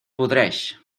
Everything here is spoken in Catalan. podreix